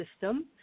system